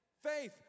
Faith